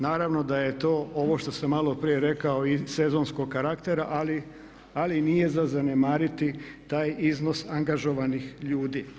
Naravno da je to ovo što sam malo prije rekao i sezonskog karaktera, ali nije za zanemariti taj iznos angažovanih ljudi.